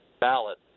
ballot